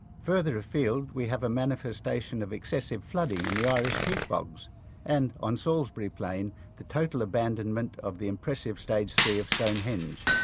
further afield we have a manifestation of excessive flooding in the irish peat bogs and on salisbury plain the total abandonment of the impressive stage three of stonehenge.